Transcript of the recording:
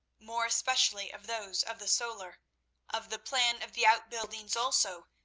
more especially of those of the solar of the plan of the outbuildings also,